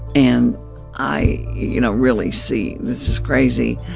and i, you know, really see this is crazy,